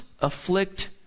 afflict